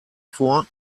vor